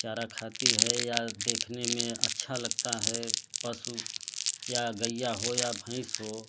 चारा खाती हैं या देखने में अच्छा लगता हैं बस या गईया हो या भैंस हो